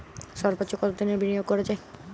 সর্বোচ্চ কতোদিনের বিনিয়োগ করা যায়?